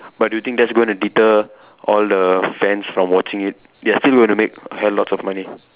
but do you think that's going to deter all the fans from watching it they are still going to make hell lots of money